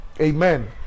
amen